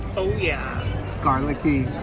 oh yeah it's garlicky